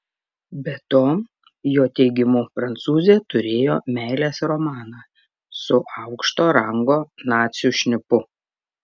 be to jo teigimu prancūzė turėjo meilės romaną su aukšto rango nacių šnipu